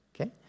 okay